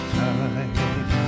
time